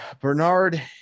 Bernard